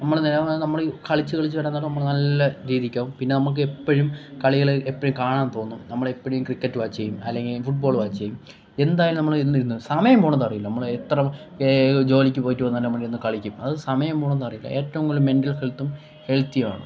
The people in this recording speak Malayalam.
നമ്മൾ നേരോകാലം നമ്മൾ കളിച്ച് കളിച്ചു വരാൻ നേരത്ത് നമ്മൾ നല്ല രീതിക്കാവും പിന്നെ നമുക്ക് എപ്പോഴും കളികൾ എ ഴും കാണാൻ തോന്നും എപ്പോഴും നമ്മൾ ഇപ്പഴുവീ ക്രിക്കറ്റ് വാച്ച് ചെയ്യും അല്ലങ്കി ഈ ഫുട്ബോൾ വാ എന്തായാലും നമ്മള് എന്നിരുന്നൊ സമയം പോണതറിയില്ല നമ്മള് എത്ര ജോലിക്ക് പോയിട്ട് വന്നാലും നമ്മൾ ഇരുന്ന് കളിക്കും അത് സമയം പോണതറിയില്ല ഏറ്റവും കൂടുതൽ മെന്റൽ ഹെൽത്തും ഹെൽത്തി ആണ് ഓക്കെ